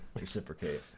reciprocate